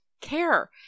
care